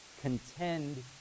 contend